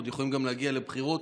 עוד יכולים גם להגיע לבחירות,